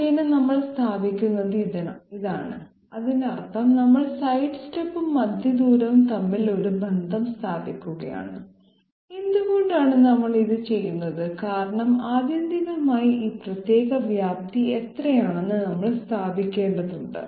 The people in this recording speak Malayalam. R മുഖേന നമ്മൾ സ്ഥാപിക്കുന്നത് ഇതാണ് അതിനർത്ഥം നമ്മൾ സൈഡ്സ്റ്റെപ്പും മധ്യ ദൂരവും തമ്മിൽ ഒരു ബന്ധം സ്ഥാപിക്കുകയാണ് എന്തുകൊണ്ടാണ് നമ്മൾ ഇത് ചെയ്യുന്നത് കാരണം ആത്യന്തികമായി ഈ പ്രത്യേക വ്യാപ്തി എത്രയാണെന്ന് നമ്മൾ സ്ഥാപിക്കേണ്ടതുണ്ട്